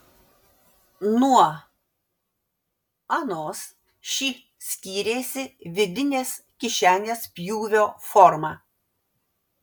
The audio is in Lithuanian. nuo anos ši skyrėsi vidinės kišenės pjūvio forma